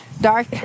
dark